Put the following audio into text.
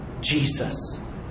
Jesus